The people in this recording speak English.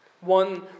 One